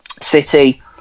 City